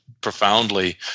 profoundly